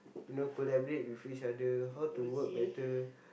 you know collaborate with each other how to work better